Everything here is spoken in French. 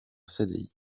cdi